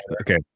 Okay